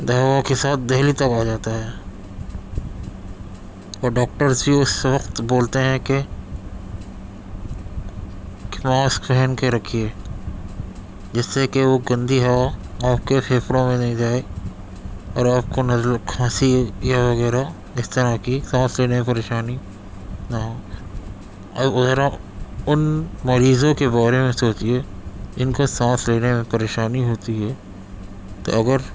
ہوا کے ساتھ دہلی تک آ جاتا ہے اور ڈاکٹرس یہ اس وقت بولتے ہیں کہ ماسک پہن کے رکھیے جس سے کہ وہ گندی ہوا آپ کے پھیپھڑوں میں نہیں جائے اور آپ کو نزلہ کھانسی یا وغیرہ اس طرح کی سانس لینے میں پریشانی نہ ہو اب ذرا ان مریضوں کے بارے میں سوچیے جن کو سانس لینے میں پریشانی ہوتی ہے تو اگر